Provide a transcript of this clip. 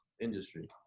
industry